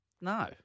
No